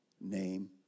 name